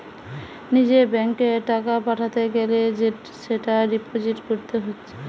নিজের ব্যাংকে টাকা পাঠাতে গ্যালে সেটা ডিপোজিট কোরতে হচ্ছে